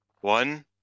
one